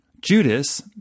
Judas